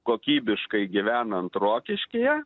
kokybiškai gyvenant rokiškyje